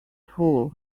fool